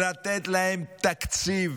לתת להם תקציב